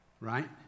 right